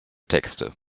texte